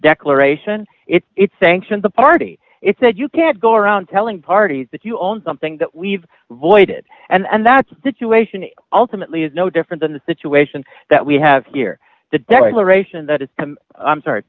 declaration its sanction the party it said you can't go around telling parties that you own something that we've voided and that's situation ultimately is no different than the situation that we have here the deadly ration that is i'm sorry